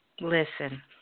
listen